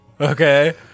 Okay